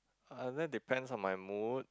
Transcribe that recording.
uh that depends on my mood